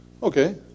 Okay